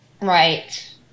Right